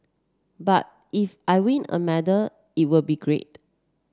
but if I win a medal it will be great